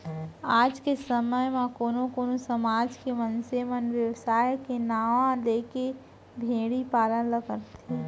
आज के समे म कोनो कोनो समाज के मनसे मन बेवसाय के नांव लेके भेड़ी पालन ल करत हें